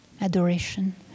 adoration